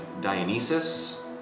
Dionysus